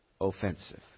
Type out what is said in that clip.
offensive